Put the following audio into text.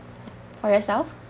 for yourself